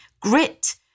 grit